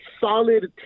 solid